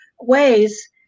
ways